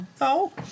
No